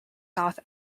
south